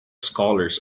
scholars